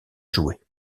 joués